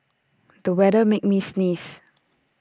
the weather made me sneeze